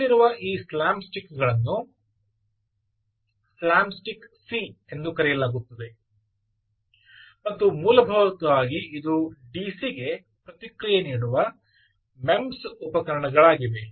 ನಮ್ಮಲ್ಲಿರುವ ಈ ಸ್ಲ್ಯಾಮ್ ಸ್ಟಿಕ್ಗಳನ್ನು ಸ್ಲ್ಯಾಮ್ ಸ್ಟಿಕ್ ಸಿ ಎಂದು ಕರೆಯಲಾಗುತ್ತದೆ ಮತ್ತು ಇದು ಮೂಲಭೂತವಾಗಿ ಡಿಸಿಗೆ ಪ್ರತಿಕ್ರಿಯೆ ನೀಡುವ ಎಂಇಎಂಎಸ್ ಉಪಕರಣಗಳಾಗಿವೆ